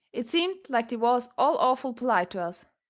it seemed like they was all awful polite to us.